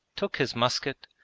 took his musket,